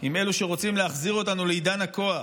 עם אלו שרוצים להחזיר אותנו לעידן הכוח,